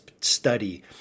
study